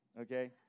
okay